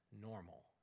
normal